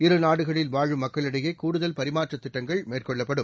இரு நாடுகளில் வாழும் மக்களிடையேகூடுதல் பரிமாற்றதிட்டங்கள் மேற்கொள்ளப்படும்